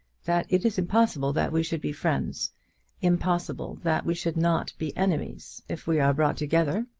that it is impossible that we should be friends impossible that we should not be enemies if we are brought together.